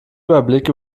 überblick